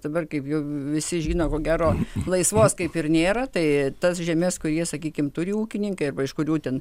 dabar kaip jau visi žino ko gero laisvos kaip ir nėra tai tas žemes kur jie sakykim turi ūkininkai arba iš kurių ten